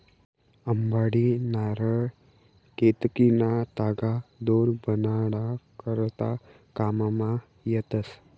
अंबाडी, नारय, केतकीना तागा दोर बनाडा करता काममा येतस